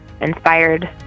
inspired